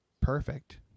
perfect